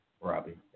Robbie